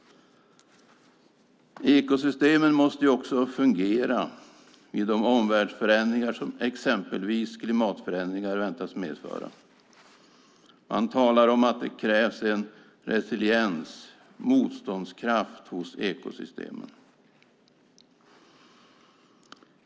Ekosystemen måste också fungera vid de omvärldsförändringar som exempelvis klimatförändringar väntas medföra. Man talar om att det krävs en resiliens - motståndskraft - hos ekosystemen.